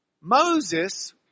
Moses